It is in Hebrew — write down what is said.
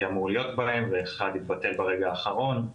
אמור להיות בהם ואחד התבטל ברגע האחרון.